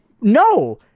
No